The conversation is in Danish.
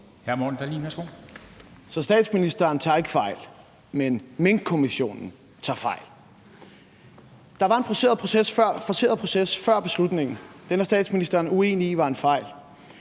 Så statsministeren tager ikke fejl, men Minkkommissionen tager fejl. Der var en forceret proces før beslutningen. Den er statsministeren uenig i var en fejl.